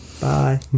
Bye